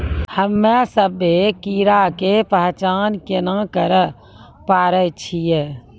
हम्मे सभ्भे कीड़ा के पहचान केना करे पाड़ै छियै?